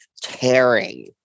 tearing